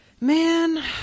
Man